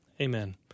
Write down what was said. Amen